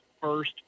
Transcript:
first